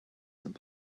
some